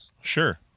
Sure